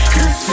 Cause